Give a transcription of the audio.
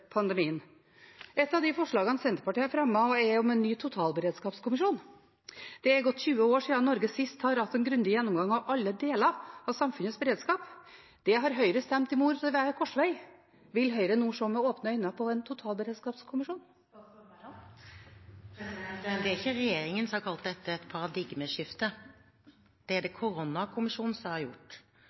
Et av de forslagene Senterpartiet har fremmet, er om en ny totalberedskapskommisjon. Det har gått 20 år siden Norge sist hadde en grundig gjennomgang av alle deler av samfunnets beredskap. Det har Høyre stemt imot ved enhver korsveg. Vil Høyre nå se med åpne øyne på en totalberedskapskommisjon? Det er ikke regjeringen som har kalt dette et «paradigmeskifte». Det er det koronakommisjonen som har gjort.